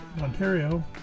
Ontario